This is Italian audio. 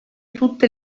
tutte